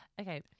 Okay